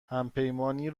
همپیمانی